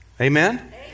Amen